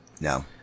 No